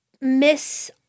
miss